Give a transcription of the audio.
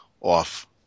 off